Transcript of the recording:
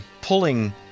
pulling